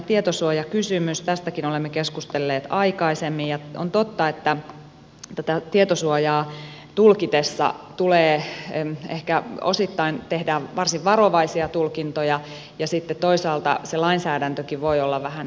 tästäkin olemme keskustelleet aikaisemmin ja on totta että tätä tietosuojaa tulkitessa ehkä osittain tehdään varsin varovaisia tulkintoja ja sitten toisaalta se lainsäädäntökin voi olla vähän epäselvä